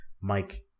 mike